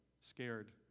scared